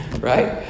right